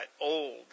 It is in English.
old